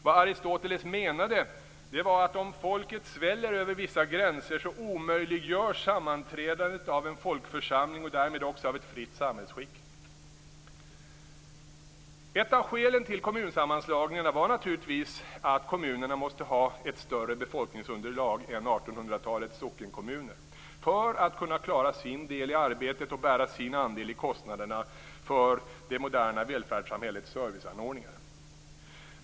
Vad Aristoteles menade var att om folket sväller över vissa gränser, omöjliggörs sammanträdandet av en folkförsamling och därmed också av ett fritt samhällsskick. Ett av skälen till kommunsammanslagningarna var naturligtvis att kommunerna måste ha ett större befolkningsunderlag än 1800-talets sockenkommuner för att kunna klara sin del i arbetet och bära sin andel av kostnaderna för det moderna välfärdssamhällets serviceanordningar.